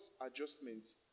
adjustments